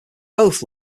both